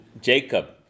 Jacob